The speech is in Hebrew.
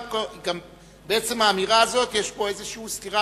גם בעצם האמירה הזאת יש פה איזושהי סתירה